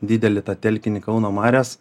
didelį tą telkinį kauno marias